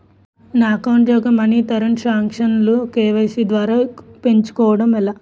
నా అకౌంట్ యెక్క మనీ తరణ్ సాంక్షన్ లు కే.వై.సీ ద్వారా పెంచుకోవడం ఎలా?